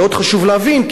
מאוד חשוב להבין,